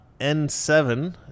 N7